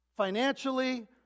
financially